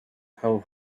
how